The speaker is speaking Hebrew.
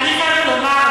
אני חייבת לומר,